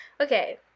Okay